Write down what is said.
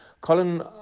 Colin